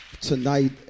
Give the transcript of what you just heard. tonight